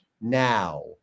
now